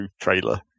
trailer